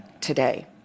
today